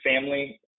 family